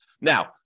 Now